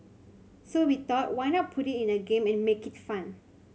so we thought why not put it in a game and make it fun